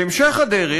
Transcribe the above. בהמשך הדרך,